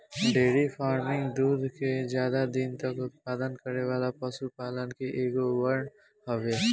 dairy farming दूध के ज्यादा दिन तक उत्पादन करे वाला पशुपालन के एगो वर्ग हवे